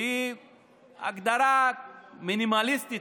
היא הגדרה מינימליסטית,